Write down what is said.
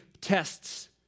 tests